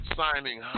signing